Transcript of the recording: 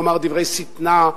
לומר דברי שטנה.